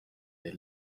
they